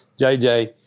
JJ